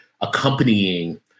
accompanying